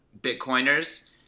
Bitcoiners